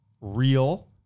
real